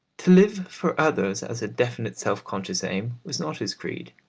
to live for others as a definite self-conscious aim was not his creed.